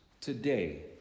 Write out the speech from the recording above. today